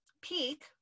peak